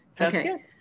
Okay